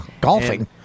Golfing